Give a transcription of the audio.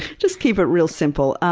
just keep it real simple.